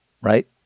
Right